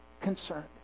concerned